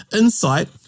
insight